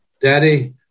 daddy